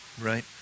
Right